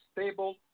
stable